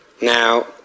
Now